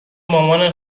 مامان